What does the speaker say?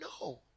no